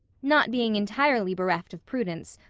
not being entirely bereft of prudence,